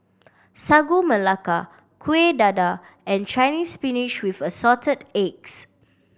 Sagu Melaka Kueh Dadar and Chinese Spinach with Assorted Eggs